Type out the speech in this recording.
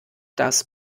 das